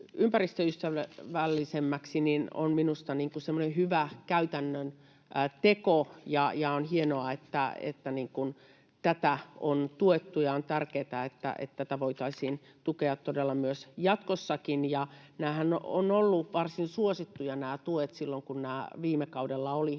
ympäristöystävällisemmäksi, on minusta semmoinen hyvä käytännön teko, ja on hienoa, että tätä on tuettu, ja on tärkeätä, että tätä voitaisiin tukea todella jatkossakin. Nämä tuethan ovat olleet varsin suosittuja silloin, kun nämä viime kaudella olivat